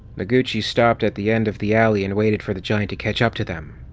noguchi stopped at the end of the alley and waited for the giant to catch up to them.